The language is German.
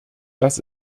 das